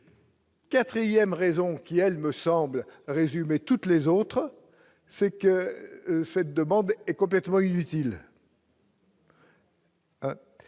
4ème raison qui elle me semble résumer toutes les autres, c'est que cette demande est complètement inutile.